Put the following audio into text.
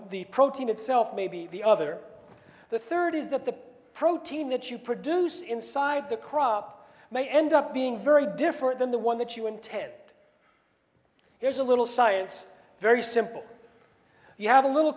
the protein itself maybe the other the third is that the protein that you produce inside the crop may end up being very different than the one that you and ted here's a little science very simple you have a little